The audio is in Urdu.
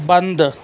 بند